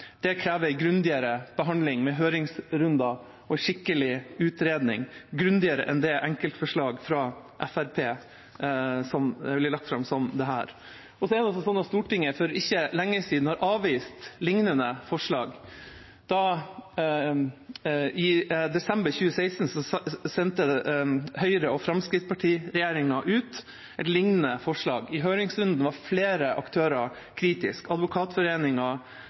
krever en grundigere behandling med høringsrunder og skikkelig utredning – grundigere enn enkeltforslag som dette som blir lagt fram av Fremskrittspartiet. Så er det altså slik at Stortinget for ikke lenge siden har avvist lignende forslag. I desember 2016 sendte Høyre–Fremskrittsparti-regjeringa ut et lignende forslag. I høringsrunden var flere aktører kritiske – Advokatforeningen,